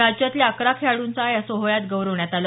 राज्यातल्या अकरा खेळाडूंना या सोहळ्यात गौरवण्यात आलं